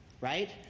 right